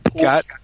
got